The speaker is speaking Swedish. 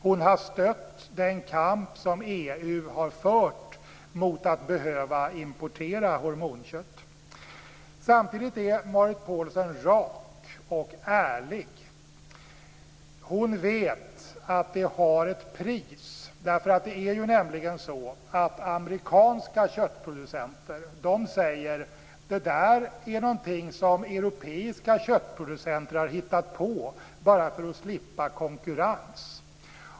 Hon har stött den kamp som EU har fört mot att behöva importera hormonkött. Samtidigt är Marit Paulsen rak och ärlig. Hon vet att det har ett pris. Det är ju nämligen så att amerikanska köttproducenter säger: Det där är någonting som europeiska köttproducenter har hittat på bara för att slippa konkurrens.